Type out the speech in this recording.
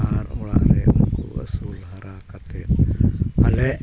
ᱟᱨ ᱚᱲᱟᱜᱨᱮ ᱩᱱᱠᱩ ᱟᱹᱥᱩᱞ ᱦᱟᱨᱟ ᱠᱟᱛᱮᱫ ᱟᱞᱮ